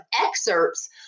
excerpts